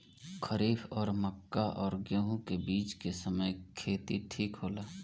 खरीफ और मक्का और गेंहू के बीच के समय खेती ठीक होला?